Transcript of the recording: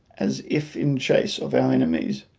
as if in chase of our enemies,